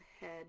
head